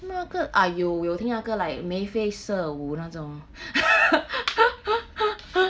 那个 !aiyo! 我有听那个 like 眉飞色舞那种